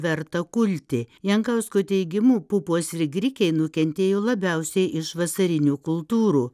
verta kulti jankausko teigimu pupos ir grikiai nukentėjo labiausiai iš vasarinių kultūrų